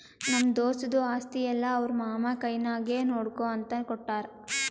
ನಮ್ಮ ದೋಸ್ತದು ಆಸ್ತಿ ಎಲ್ಲಾ ಅವ್ರ ಮಾಮಾ ಕೈನಾಗೆ ನೋಡ್ಕೋ ಅಂತ ಕೊಟ್ಟಾರ್